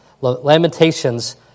Lamentations